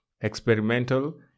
experimental